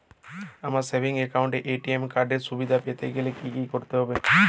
আমার savings account এ ATM card এর সুবিধা পেতে গেলে কি করতে হবে?